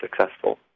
successful